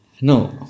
No